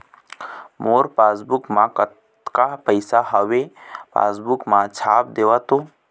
मोर passbook मा कतका पैसा हवे पासबुक मा छाप देव तो?